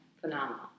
Phenomenal